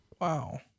Wow